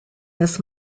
this